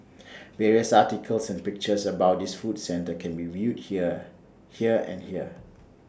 various articles and pictures about this food centre and can be viewed here here and here